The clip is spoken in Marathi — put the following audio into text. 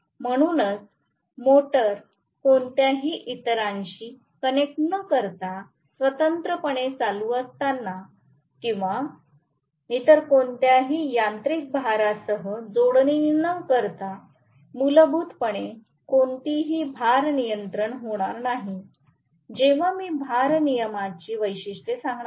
म्हणूनच मोटार कोणत्याही इतरांशी कनेक्ट न करता स्वतंत्रपणे चालू असताना किंवा इतर कोणत्याही यांत्रिक भारासह जोडणी न करता मूलभूतपणे कोणतीही भारनियंत्रण होणार नाही जेव्हा मी भारनियमनाची वैशिष्ट्ये सांगणार नाही